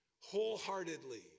wholeheartedly